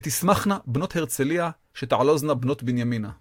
תשמחנה, בנות הרצליה, שתעלוזנה בנות בנימינה.